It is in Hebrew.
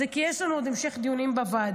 זה כי יש לנו עוד המשך דיונים בוועדה.